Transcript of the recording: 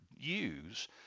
use